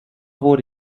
wurde